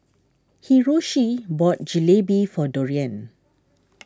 Hiroshi bought Jalebi for Dorian